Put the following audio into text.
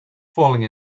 falling